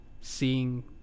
seeing